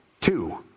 two